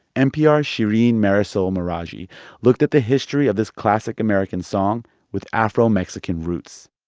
npr's shereen marisol meraji looked at the history of this classic american song with afro-mexican roots